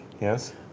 Yes